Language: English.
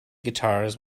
guitars